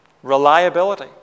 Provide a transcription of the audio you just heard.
reliability